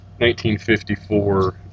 1954